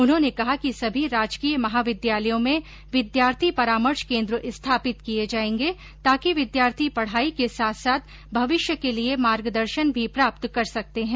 उन्होंने कहा कि सभी राजकीय महाविद्यालयों में विद्यार्थी परामर्श केन्द्र स्थापित किए जाएंगे ताकि विद्यार्थी पढ़ाई के साथ साथ भविष्य के लिए रोजगार मार्गदर्शन भी प्राप्त कर सकते है